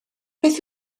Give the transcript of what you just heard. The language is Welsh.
beth